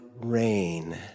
rain